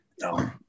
No